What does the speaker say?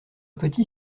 petit